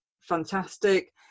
fantastic